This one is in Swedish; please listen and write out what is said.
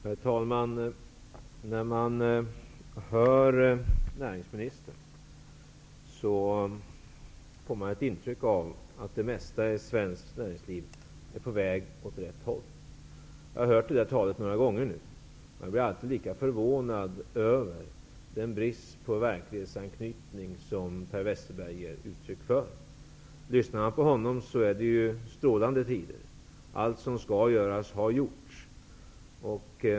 Herr talman! När jag hör näringsministern får jag ett intryck av att det mesta i svenskt näringsliv är på väg åt rätt håll. Jag har hört det där talet några gånger nu. Jag blir alltid lika förvånad över den brist på verklighetsanknytning som Per Westerberg ger uttryck för. Om man lyssnar på honom låter det som om det är strålande tider. Allt som skall göras, har gjorts.